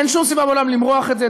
אין שום סיבה בעולם למרוח את זה.